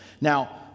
Now